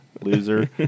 Loser